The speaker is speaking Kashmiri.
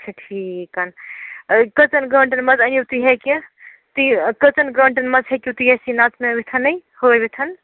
اَچھا ٹھیٖک کٔژَن گنٛٹن منٛز أنِو تُہۍ ہیٚکہِ تُہۍ کٔژن گنٛٹن منٛز ہیٚکِو تُہۍ اَسہِ یہِ نژٕنٲوِتھ ہٲوِتھ